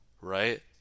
Right